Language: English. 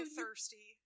thirsty